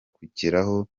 kugeraho